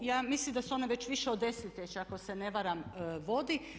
Ja mislim da se ona već više od desetljeća ako se ne varam vodi.